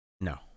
No